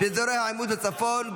באזורי העימות בצפון,